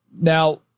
Now